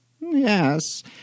Yes